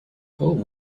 home